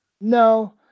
No